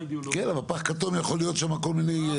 כן, אבל פח כתום יכול להיות שם כל מיני.